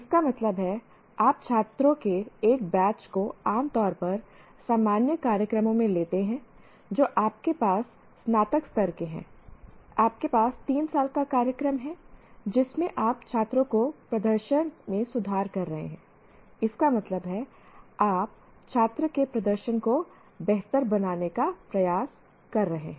इसका मतलब है आप छात्रों के एक बैच को आम तौर पर सामान्य कार्यक्रमों में लेते हैं जो आपके पास स्नातक स्तर के हैं आपके पास 3 साल का कार्यक्रम है जिसमें आप छात्रों के प्रदर्शन में सुधार कर रहे हैं इसका मतलब है आप छात्र के प्रदर्शन को बेहतर बनाने के प्रयास कर रहे हैं